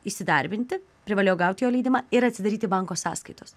įsidarbinti privalėjo gaut jo leidimą ir atsidaryti banko sąskaitos